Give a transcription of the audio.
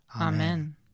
Amen